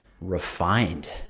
refined